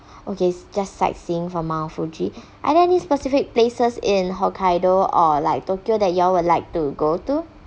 okay just sightseeing for mount fuji other any specific places in hokkaido or like tokyo that you all would like to go to